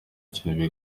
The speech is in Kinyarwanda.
kintu